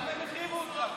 למה הם החרימו אותך?